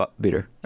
beater